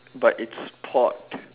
but it's sport